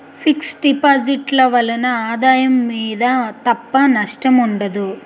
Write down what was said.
fix deposit ల వలన ఆదాయం మీద తప్ప నష్టం ఉండదు